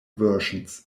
versions